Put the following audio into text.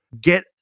Get